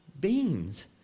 beans